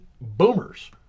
boomers